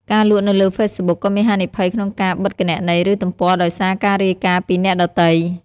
ការលក់នៅលើហ្វេសប៊ុកក៏មានហានិភ័យក្នុងការបិទគណនីឬទំព័រដោយសារការរាយការណ៍ពីអ្នកដទៃ។